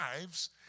lives